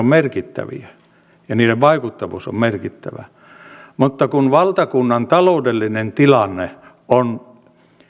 merkittäviä ja niiden vaikuttavuus merkittävä mutta kun valtakunnan taloudellinen tilanne on